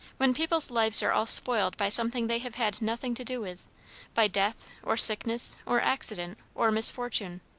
when people's lives are all spoiled by something they have had nothing to do with by death, or sickness, or accident, or misfortune.